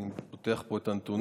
אני פותח פה את הנתונים.